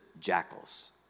jackals